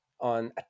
on